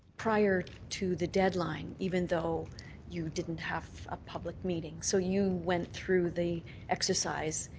prior to the deadline even though you didn't have a public meeting so you went through the exercise,